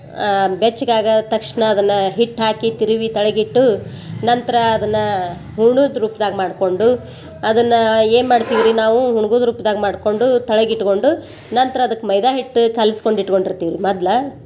ಬೆಚ್ಗಾಗ ತಕ್ಷಣ ಅದನ್ನ ಹಿಟ್ಟು ಹಾಕಿ ತಿರುವಿ ತಳಗಿಟ್ಟು ನಂತರ ಅದನ್ನ ಹೂರ್ಣುದ ರೂಪ್ದಾಗ ಮಾಡ್ಕೊಂಡು ಅದನ್ನ ಏನು ಮಾಡ್ತೀವಿ ರೀ ನಾವು ಹೂಣ್ಗುದ ರೂಪ್ದಾಗ ಮಾಡ್ಕೊಂಡು ತಳಗಿಟ್ಕೊಂಡು ನಂತರ ಅದಕ್ಕೆ ಮೈದಾ ಹಿಟ್ಟು ಕಲ್ಸ್ಕೊಂಡು ಇಟ್ಕೊಂಡಿರ್ತೀವಿ ರೀ ಮದ್ಲೊ